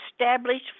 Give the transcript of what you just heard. established